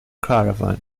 caravan